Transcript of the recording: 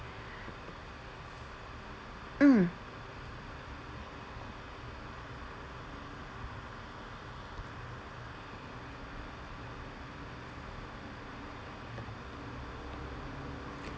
mm